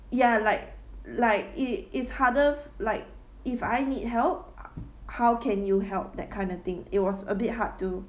ya like like it it's harder like if I need help how can you help that kind of thing it was a bit hard to